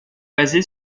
basé